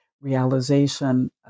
realization